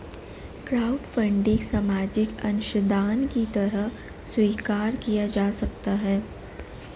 crowdfunding सामाजिक अंशदान की तरह स्वीकार किया जा सकता है